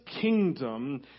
kingdom